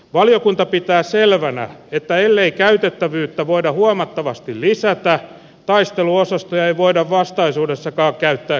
valiokunta pitää selvänä että ellei käytettävyyttä voida huomattavasti lisätä taisteluosastoja ei voida vastaisuudessakaan käyttää kriisinhallintaoperaatioihin